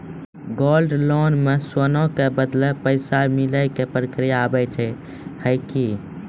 Gold loan मे सोना के बदले पैसा मिले के प्रक्रिया हाव है की?